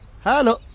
Hello